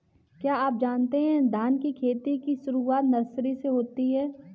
क्या आप जानते है धान की खेती की शुरुआत नर्सरी से होती है?